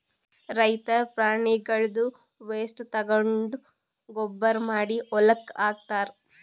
ರೈತರ್ ಪ್ರಾಣಿಗಳ್ದ್ ವೇಸ್ಟ್ ತಗೊಂಡ್ ಗೊಬ್ಬರ್ ಮಾಡಿ ಹೊಲಕ್ಕ್ ಹಾಕ್ತಾರ್